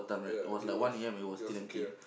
ya it was it was okay ah